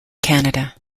canada